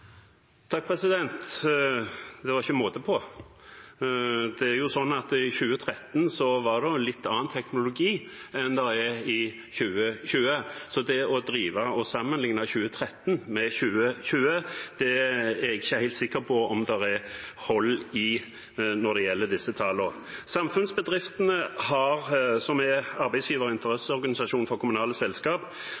Det var ikke måte på! I 2013 var det jo en litt annen teknologi enn det er i 2020, så det å sammenligne 2013 med 2020 er jeg ikke helt sikker på om det er hold i når det gjelder disse tallene. Samfunnsbedriftene, som er en arbeidsgiver- og interesseorganisasjon for lokale og regionale samfunnsbedrifter, har også regnet på hvor store bevilgninger som